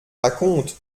raconte